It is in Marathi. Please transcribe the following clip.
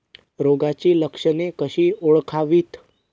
रोगाची लक्षणे कशी ओळखावीत?